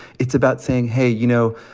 it's about saying, hey, you know,